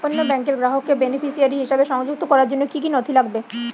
অন্য ব্যাংকের গ্রাহককে বেনিফিসিয়ারি হিসেবে সংযুক্ত করার জন্য কী কী নথি লাগবে?